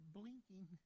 blinking